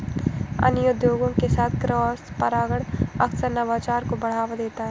अन्य उद्योगों के साथ क्रॉसपरागण अक्सर नवाचार को बढ़ावा देता है